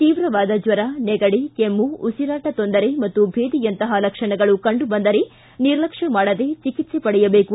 ತೀವ್ರವಾದ ಜ್ವರ ನೆಗಡಿ ಕೆಮ್ಮು ಉಸಿರಾಟ ತೊಂದರೆ ಮತ್ತು ಭೇದಿಯಂತಪ ಲಕ್ಷಣಗಳು ಕಂಡು ಬಂದರೆ ನಿರ್ಲಕ್ಷ್ಯ ಮಾಡದೆ ಚಿಕಿಕ್ಲೆ ಪಡೆಯಬೇಕು